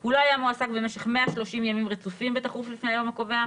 הוא לא היה מועסק במשך 130 ימים רצופים בתכוף לפני היום הקובע,